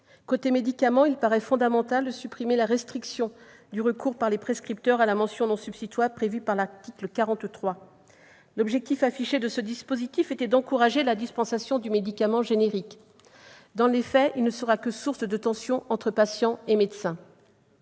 côté du médicament, il paraît fondamental de supprimer la restriction du recours par les prescripteurs à la mention « non substituable », prévue par l'article 43. L'objectif affiché de ce dispositif était d'encourager la dispensation du médicament générique. Dans les faits, il ne sera source que de tensions entre patients et médecins.